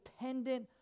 dependent